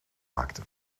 maakte